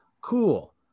cool